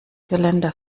geländer